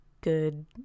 good